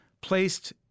placed